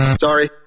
Sorry